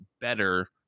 better